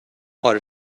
آره